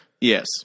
Yes